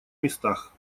местах